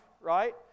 right